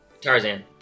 Tarzan